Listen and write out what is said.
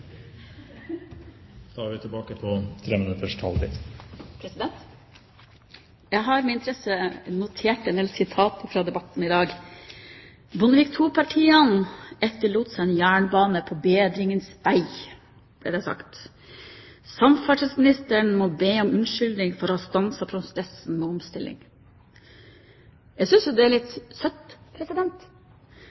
Jeg har med interesse notert en del sitater fra debatten i dag. Bondevik II-partiene etterlot seg en jernbane på bedringens vei, ble det sagt, og samferdselsministeren må be om unnskyldning for å ha stanset prosessen med omstilling. Jeg synes jo det er litt søtt